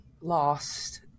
lost